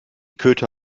köter